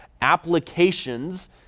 applications